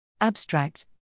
Abstract